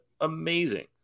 amazing